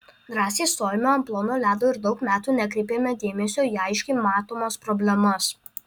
drąsiai stojome ant plono ledo ir daug metų nekreipėme dėmesio į aiškiai matomas problemas